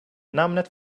namnet